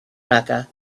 mecca